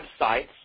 websites